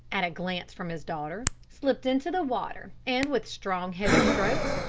at a glance from his daughter, slipped into the water, and with strong heavy strokes,